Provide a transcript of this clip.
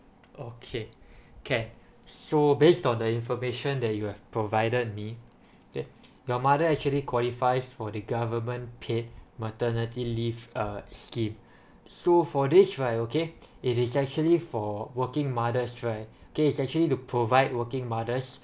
okay can so based on the information that you have provided me that your mother actually qualifies for the government paid maternity leave uh scheme so for this right okay it is actually for working mothers right K is actually to provide working mothers